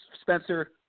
Spencer